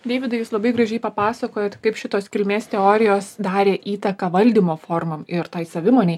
deividai jūs labai gražiai papasakojot kaip šitos kilmės teorijos darė įtaką valdymo formom ir tai savimonei